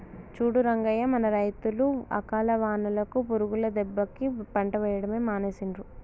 చూడు రంగయ్య మన రైతులు అకాల వానలకు పురుగుల దెబ్బకి పంట వేయడమే మానేసిండ్రు